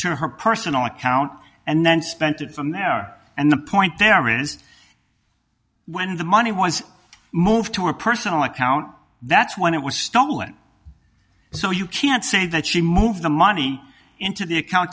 to her personal account and then spent it from there and the point there is when the money was moved to a personal account that's when it was stolen so you can't say that she moved the money into the account